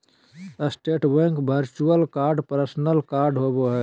state bank virtual card personal card होबो हइ